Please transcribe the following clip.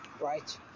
right